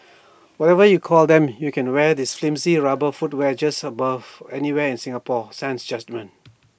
whatever you call them you can wear this flimsy rubber footwear just above anywhere in Singapore sans judgement